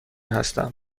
هستم